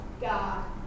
God